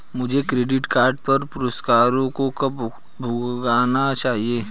मुझे credit card पर पुरस्कारों को कब भुनाना चाहिए?